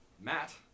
Matt